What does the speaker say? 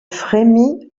frémis